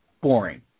boring